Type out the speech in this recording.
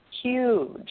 huge